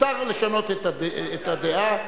מותר לשנות את הדעה.